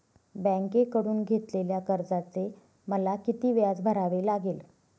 बँकेकडून घेतलेल्या कर्जाचे मला किती व्याज भरावे लागेल?